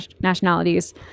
nationalities